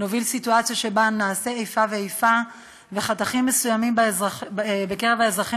נוביל סיטואציה שבה נעשה איפה ואיפה וחתכים מסוימים בקרב האזרחים